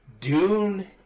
Dune